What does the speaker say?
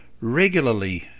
regularly